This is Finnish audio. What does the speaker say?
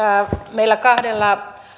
meillä kahdella